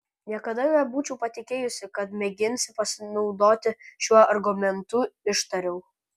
niekada nebūčiau patikėjusi kad mėginsi pasinaudoti šiuo argumentu ištariau